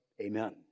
amen